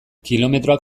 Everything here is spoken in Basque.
kilometroak